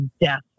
death